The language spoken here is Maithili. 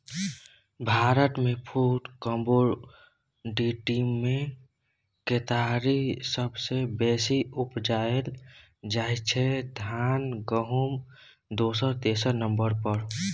भारतमे फुड कमोडिटीमे केतारी सबसँ बेसी उपजाएल जाइ छै धान गहुँम दोसर तेसर नंबर पर